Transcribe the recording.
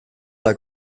ala